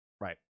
Right